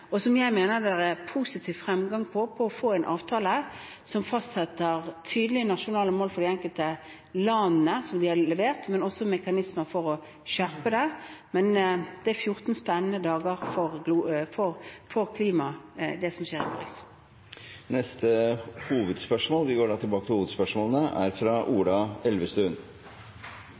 som jeg mener det er positiv fremgang i, det å få en avtale som fastsetter tydelige nasjonale mål for de enkelte landene – som de har levert – men også mekanismer for å skjerpe det. Men det er 14 spennende dager for klima, det som skjer i Paris. Vi går videre til neste hovedspørsmål. Det positive med det siste spørsmålet er